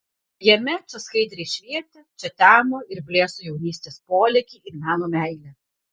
jame čia skaidriai švietė čia temo ir blėso jaunystės polėkiai ir meno meilė